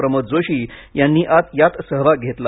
प्रमोद जोशी यांनी यात सहभाग घेतला